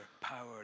power